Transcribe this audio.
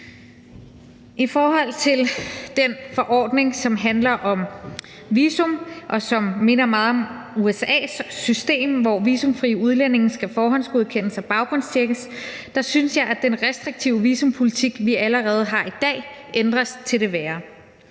I forhold til den forordning, som handler om visum, og som minder meget om USA's system, hvor visumfrie udlændinge skal forhåndsgodkendes og baggrundstjekkes, synes jeg, at den restriktive visumpolitik, vi allerede har i dag, ændres til det værre.